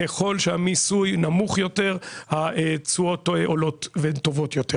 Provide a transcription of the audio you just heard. ככל שהמיסוי נמוך יותר התשואות עולות והן טובות יותר,